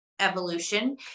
evolution